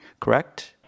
correct